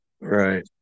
Right